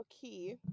key